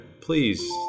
please